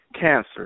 cancer